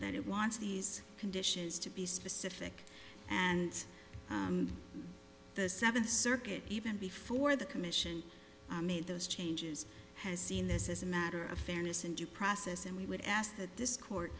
that it wants these conditions to be specific and the seventh circuit even before the commission made those changes has seen this is a matter of fairness and due process and we would ask that this court